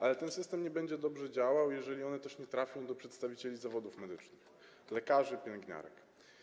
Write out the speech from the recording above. Ale ten system nie będzie dobrze działał, jeżeli one też nie trafią do przedstawicieli zawodów medycznych, lekarzy, pielęgniarek.